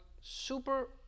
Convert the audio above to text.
super